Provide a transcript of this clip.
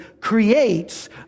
creates